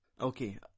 Okay